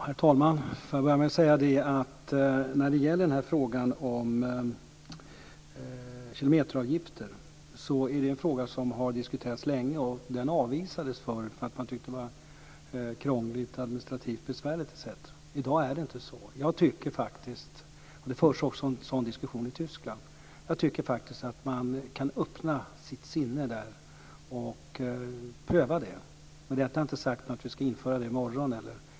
Herr talman! Får jag börja med att säga att frågan om kilometeravgifter är en fråga som har diskuterats länge, och den avvisades förr därför att man tyckte att det var krångligt och administrativt besvärligt etc. I dag är det inte så. Det förs också en sådan diskussion i Tyskland. Jag tycker att man kan öppna sitt sinne och pröva det. Med detta har jag inte sagt att vi ska införa det i morgon.